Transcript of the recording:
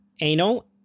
anal